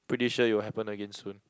pretty sure it will happen again soon